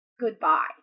goodbye